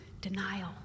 denial